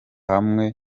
hamwe